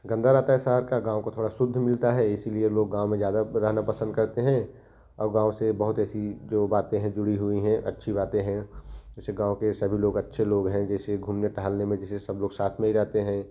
गंदा रहता है शहर का गाँव का थोड़ा शुद्ध मिलता है इसलिए लोग गाँव में ज़्यादा रहना पसंद करते हैं और गाँव से बहुत ऐसी जो बातें है जुड़ी हुई है अच्छी बातें हैं उसे गाँव के सभी लोग अच्छे लोग हैं जैसे घूमने टहलने में जैसे सब लोग साथ में ही रहते हैं